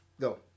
Go